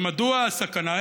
ומדוע הסכנה?